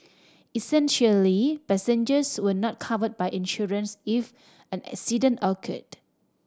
essentially passengers were not covered by insurance if an accident occurred